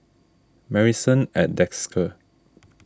Marrison at Desker